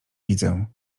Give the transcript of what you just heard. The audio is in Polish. widzę